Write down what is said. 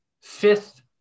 fifth